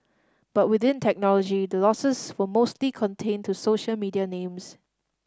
but within technology the losses were mostly contained to social media names